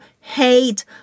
hate